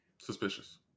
suspicious